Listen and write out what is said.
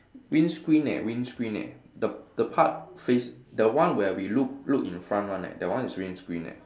windscreen eh windscreen eh the the part face the one where we look look in front one leh that one is windscreen leh